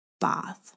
bath